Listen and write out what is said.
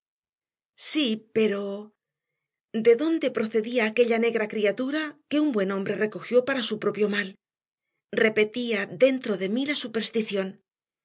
sí pero de dónde procedía aquella negra criatura que un buen hombre recogió para su propio mal repetía dentro de mí la superstición